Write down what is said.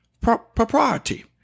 propriety